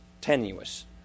tenuous